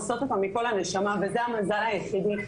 עושות אותה מכל הנשמה וזה המזל היחידי,